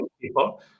people